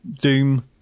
doom